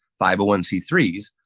501c3s